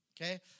Okay